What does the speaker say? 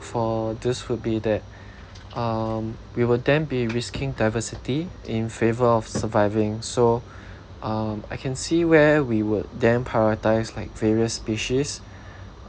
for this would be that um we will then be risking diversity in favour of surviving so um I can see where we would then prioritise like various species